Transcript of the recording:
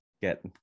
get